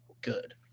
good